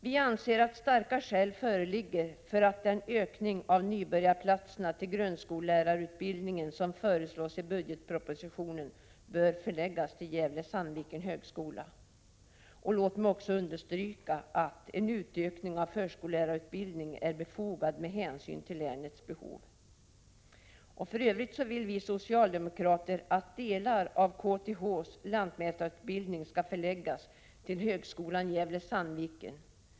Vi anser att starka skäl föreligger för att den ökning av antalet nybörjarplatser till grundskollärarutbildningen som föreslås i budgetpropositionen förläggs till Gävle Sandviken.